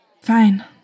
Fine